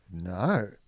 No